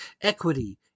Equity